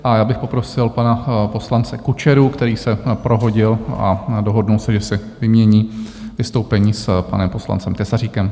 A já bych poprosil pana poslance Kučeru, který se prohodil a dohodl se, že si vymění vystoupení s panem poslancem Tesaříkem.